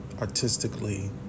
artistically